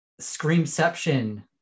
Screamception